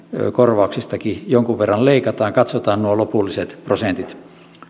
korvauksistakin jonkun verran leikataan katsotaan nuo lopulliset prosentit